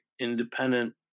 independent